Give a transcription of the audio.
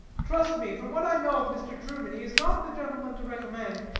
trust me, from what i know of mr. truman, he is not the gentleman to recommend,